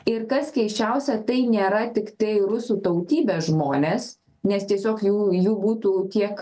ir kas keisčiausia tai nėra tiktai rusų tautybės žmonės nes tiesiog jų jų būtų kiek